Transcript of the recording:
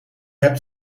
hebt